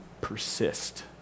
persist